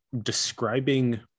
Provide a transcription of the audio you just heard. describing